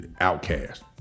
outcast